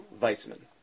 Weissman